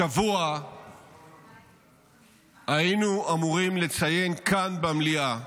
השבוע היינו אמורים לציין כאן במליאה,